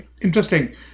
Interesting